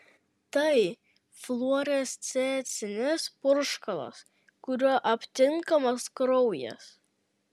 tai fluorescencinis purškalas kuriuo aptinkamas kraujas